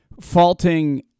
faulting